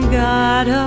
god